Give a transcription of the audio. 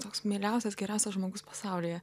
toks mieliausias geriausias žmogus pasaulyje